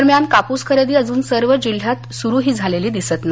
दरम्यान कापूस खरेदी अजून सर्व जिल्ह्यात सुरू ही झालेली दिसत नाही